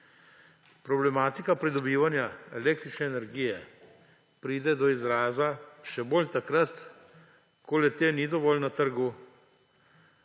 Problematika pridobivanja električne energije pride do izraza še bolj takrat, ko le-te ni dovolj na trgu.